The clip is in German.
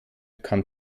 kann